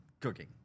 cooking